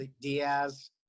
Diaz